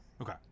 Okay